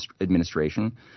administration